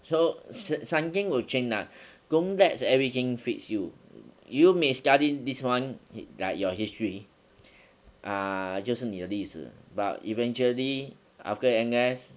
so some~ something will change lah don't let everything fits you you may study this one like your history ah 就是你的历史 but eventually after N_S